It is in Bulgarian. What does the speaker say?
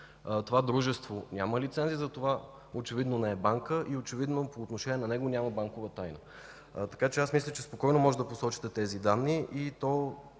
това дружество няма лиценз и затова очевидно не е банка и очевидно по отношение на него няма банкова тайна. Така че аз мисля, че спокойно можете да посочите тези данни и това